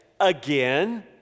Again